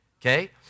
okay